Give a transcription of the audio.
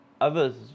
others